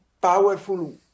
powerful